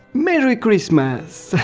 merry christmas!